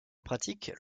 pratique